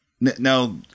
now